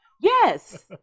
Yes